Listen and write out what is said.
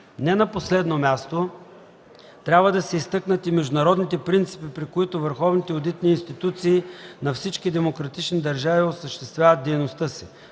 Не на последно място, трябва да се изтъкнат и международните принципи, при които върховните одитни институции на всички демократични държавни осъществяват дейността си.